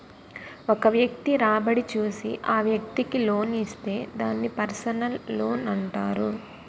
ఒక వ్యక్తి రాబడి చూసి ఆ వ్యక్తికి లోన్ ఇస్తే దాన్ని పర్సనల్ లోనంటారు